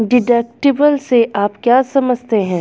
Deductible से आप क्या समझते हैं?